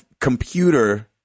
computer